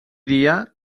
dia